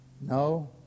No